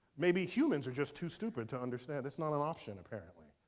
maybe humans are just too stupid to understand that's not an option, apparently.